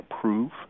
prove